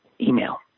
email